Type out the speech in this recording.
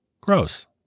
Gross